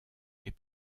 est